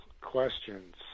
questions